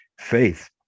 faith